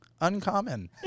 Uncommon